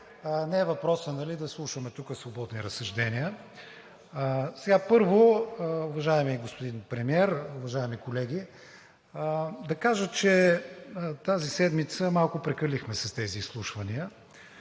Не е въпросът да слушаме тук свободни разсъждения. Уважаеми господин Премиер, уважаеми колеги! Първо да кажа, че тази седмица малко прекалихме с тези изслушвания,